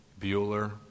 Bueller